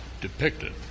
depicted